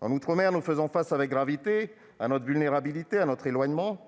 En outre-mer, nous faisons face avec gravité à notre vulnérabilité, à notre éloignement,